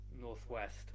northwest